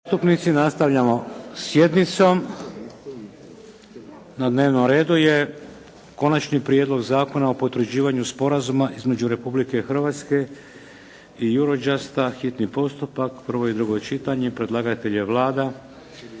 zastupnici nastavljamo sa sjednicom. Na dnevnom redu je: 1. Konačni prijedlog zakona o potvrđivanju Sporazuma između Republike Hrvatske i Eurojusta, hitni postupak, prvo i drugo čitanje, P.Z.